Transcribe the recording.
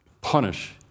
punish